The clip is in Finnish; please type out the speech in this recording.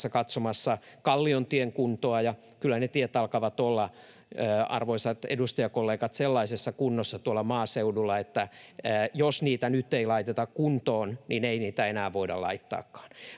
katsomassa Kalliontien kuntoa, ja kyllä ne tiet alkavat olla, arvoisat edustajakollegat, tuolla maaseudulla sellaisessa kunnossa, että jos niitä ei laiteta kuntoon nyt, niin ei niitä enää voida laittaakaan.